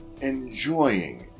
enjoying